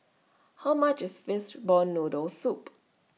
How much IS Fishball Noodle Soup